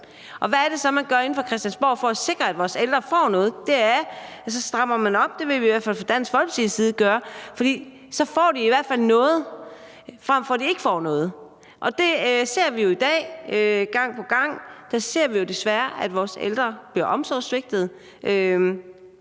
Og hvad er det så, man gør inde fra Christiansborg for at sikre, at vores ældre får noget? Det er, at så strammer man op. Det vil vi i hvert fald fra Dansk Folkepartis side gøre. For så får de i hvert fald noget, fremfor at de ikke får noget. Det ser vi jo desværre gang på gang i dag, altså at vores ældre bliver omsorgssvigtet.